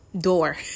door